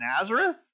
Nazareth